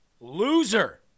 loser